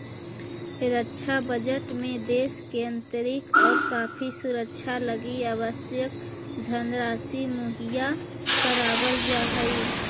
रक्षा बजट में देश के आंतरिक और बाकी सुरक्षा लगी आवश्यक धनराशि मुहैया करावल जा हई